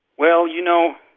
well, you know,